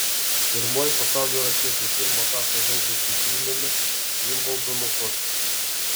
pirmoji pasaulio raketė pirmą kartą žaidė centriniame vimbldono korte